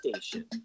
station